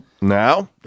Now